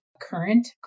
current